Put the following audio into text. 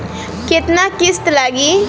केतना किस्त लागी?